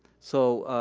so